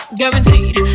guaranteed